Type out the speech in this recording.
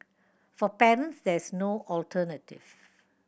for parents there is no alternative